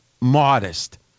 modest